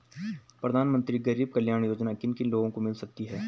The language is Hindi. प्रधानमंत्री गरीब कल्याण योजना किन किन लोगों को मिल सकती है?